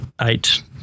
eight